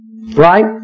right